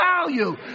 value